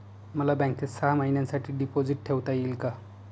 मला बँकेत सहा महिन्यांसाठी डिपॉझिट ठेवता येईल का?